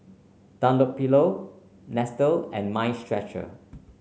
Dunlopillo Nestle and Mind Stretcher